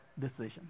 decision